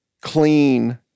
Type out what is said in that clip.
clean